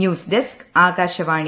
news desk Akashvani